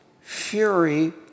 fury